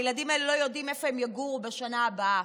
הילדים האלה לא יודעים איפה הם יגורו בשנה הבאה.